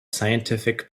scientific